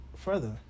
further